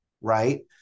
right